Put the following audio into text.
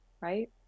right